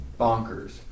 bonkers